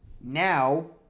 now